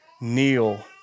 kneel